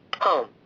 Home